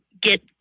get